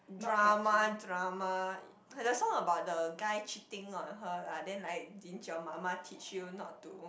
drama drama her the song about the guy cheating on her lah then like didn't your mama teach you not to